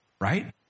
right